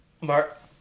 Mark